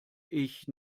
ich